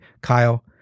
Kyle